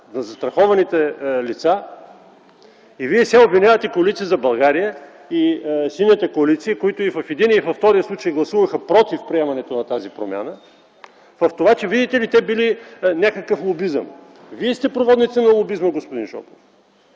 застрахованите лица, и Вие сега да обвинявате Коалиция за България и Синята коалиция – тези, които и в единия, и във втория случай гласуваха против приемането на тази промяна, затова, че видите ли, те били някакъв лобизъм?! Вие сте проводници на лобизма, господин Шопов